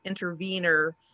intervener